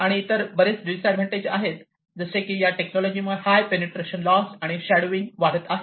आणि इतर बरेच डिसएडवांटेज आहेत जसे की या टेक्नॉलॉजीमुळे हाय पेनिट्रेशन लॉस आणि शॅडोविंग वाढत आहे